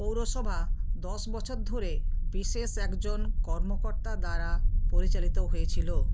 পৌরসভা দশ বছর ধরে বিশেষ একজন কর্মকর্তা দ্বারা পরিচালিত হয়েছিলো